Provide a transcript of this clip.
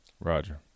Roger